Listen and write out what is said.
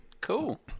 Cool